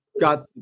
got